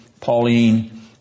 Pauline